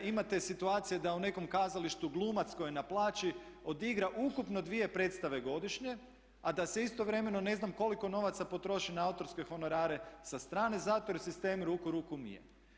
Imate situacije da u nekom kazalištu glumac koji je na plaći odigra ukupno 2 predstave godišnje a da se istovremeno ne znam koliko novaca potroši na autorske honorare sa strane zato jer je sistem ruka ruku mije.